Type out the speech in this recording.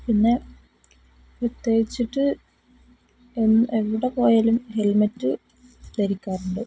പിന്നെ പ്രത്യേകിച്ചിട്ട് എവിടെപ്പോയാലും ഹെൽമെറ്റ് ധരിക്കാറുണ്ട്